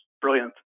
brilliant